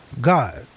God